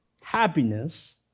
happiness